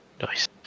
Nice